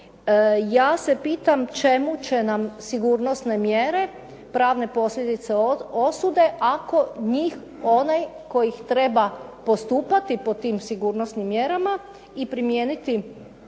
Ja se pitam čemu će nam sigurnosne mjere, pravne posljedice osude, ako njih onaj tko ih treba postupati po tim sigurnosnim mjerama i primijeniti ono